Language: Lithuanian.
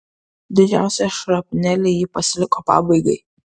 didžiausią šrapnelį ji pasiliko pabaigai